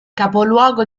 capoluogo